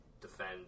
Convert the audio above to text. defend